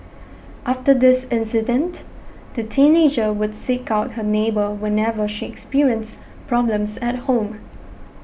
after this incident the teenager would seek out her neighbour whenever she experienced problems at home